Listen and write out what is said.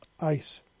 Ice